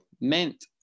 meant